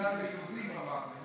מדינת היהודים, הוא אמר.